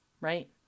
right